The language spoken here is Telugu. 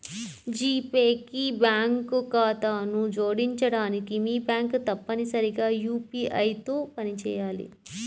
జీ పే కి బ్యాంక్ ఖాతాను జోడించడానికి, మీ బ్యాంక్ తప్పనిసరిగా యూ.పీ.ఐ తో పనిచేయాలి